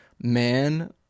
man